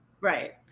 Right